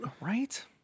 right